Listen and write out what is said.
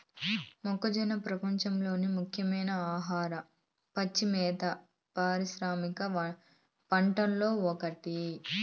మొక్కజొన్న ప్రపంచంలోని ముఖ్యమైన ఆహార, పచ్చి మేత పారిశ్రామిక పంటలలో ఒకటి